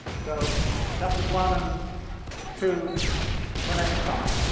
so chapters one and two for next time.